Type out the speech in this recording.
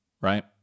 right